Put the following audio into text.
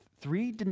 Three